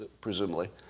presumably